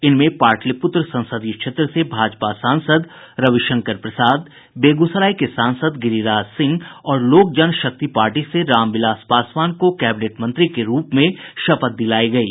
इनमें पाटलिपुत्र संसदीय क्षेत्र से भाजपा सांसद रविशंकर प्रसाद बेगूसराय के सांसद गिरिराज सिंह और लोक जनशक्ति पार्टी से रामविलास पासवान को कैबिनेट मंत्री के रूप में शपथ दिलायी गयी